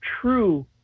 true